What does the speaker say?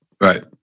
Right